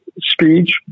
speech